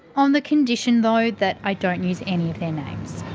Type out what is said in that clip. on the condition though that i don't use any of their names.